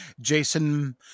Jason